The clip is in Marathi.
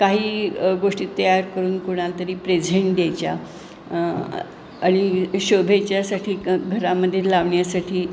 काही गोष्टी तयार करून कोणाला तरी प्रेझेंट द्यायच्या आणि शोभेच्यासाठी घरामध्ये लावण्यासाठी